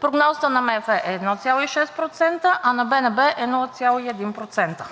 Прогнозата на МФ е 1,6%, а на БНБ е 0,1%.